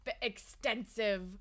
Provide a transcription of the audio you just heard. extensive